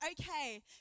okay